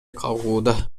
кагууда